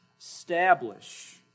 Establish